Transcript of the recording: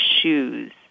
shoes